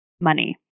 money